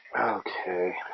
Okay